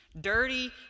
dirty